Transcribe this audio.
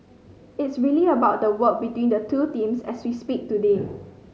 it's really about the work between the two teams as we speak today